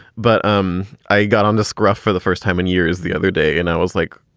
but um i got on the scruff for the first time in years the other day. and i was like,